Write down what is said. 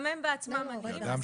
גם הם בעצמם עניים.